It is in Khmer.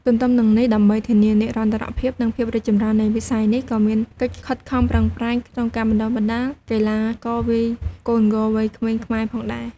ទទ្ទឹមនឹងនេះ ដើម្បីធានានិរន្តរភាព និងភាពរីកចម្រើននៃវិស័យនេះ ក៏មានកិច្ចខិតខំប្រឹងប្រែងក្នុងការបណ្ដុះបណ្ដាលកីឡាករវាយកូនហ្គោលវ័យក្មេងខ្មែរផងដែរ។